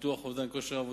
ביטוח אובדן כושר עבודה,